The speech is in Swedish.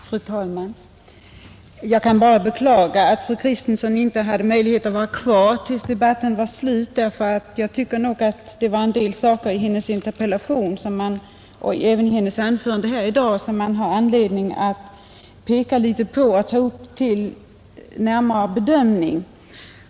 Fru talman! Jag kan bara beklaga att fru Kristensson inte haft möjlighet att stanna kvar tills debatten är slut. Det var en del saker i hennes interpellation, och även i hennes anförande här i dag, som man har anledning att ta upp till närmare bedömning.